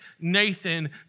Nathan